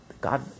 God